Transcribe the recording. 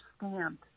understand